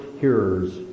hearers